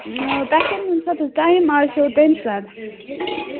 تۄہہِ کَمہِ ساتہٕ حظ ٹایِم آسٮ۪و تٔمی ساتہٕ